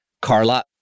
Carla